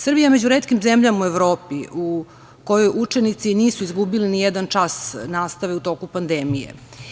Srbija je među retkim zemljama u Evropi u kojoj učenici nisu izgubili ni jedan čas nastave u toku pandemije.